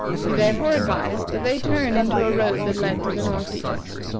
he therefore advised that they turn into a road that led to the north-east.